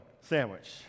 sandwich